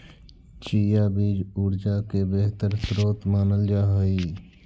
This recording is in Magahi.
चिया बीज ऊर्जा के बेहतर स्रोत मानल जा हई